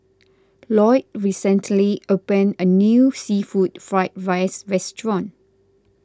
Loyd recently opened a new Seafood Fried Rice restaurant